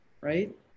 Right